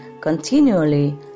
continually